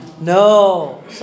No